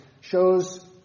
shows